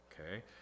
okay